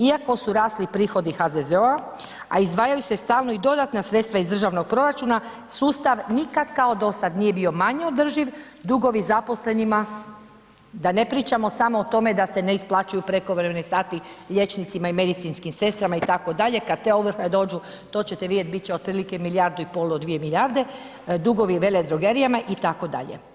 Iako su rasli prihodi HZZO-a, a izdvajaju se stalno i dodatna sredstva iz državnog proračuna, sustav nikad kao do sad nije bio manje održiv, dugovi zaposlenima da ne pričamo samo o tome da se ne isplaćuju prekovremeni sati liječnicima i medicinskim sestrama itd., kad te ovrhe dođu, to ćete vidjeti, bit će otprilike milijardu i pol do 2 milijarde, dugovi veledrogerijama itd.